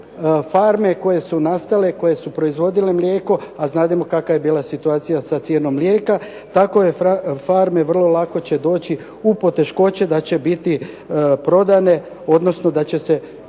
farme koje su nastale, koje su proizvodile mlijeko, a znademo kakva je bila situacija sa cijenom mlijeka tako je farme, vrlo lako će doći u poteškoće da će biti prodane, odnosno da će se